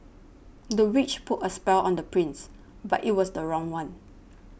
the witch put a spell on the prince but it was the wrong one